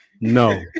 No